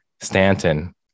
Stanton